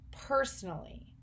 personally